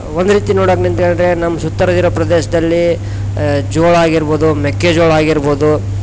ಒಂದು ರೀತಿ ನೋಡಕೆ ನಿಂತ್ಕೊಂಡ್ರೆ ನಮ್ಮ ಸುತ್ವರ್ದಿರೊ ಪ್ರದೇಶ್ದಲ್ಲಿ ಜೋಳ ಆಗಿರ್ಬೋದು ಮೆಕ್ಕೆಜೋಳ ಆಗಿರ್ಬೋದು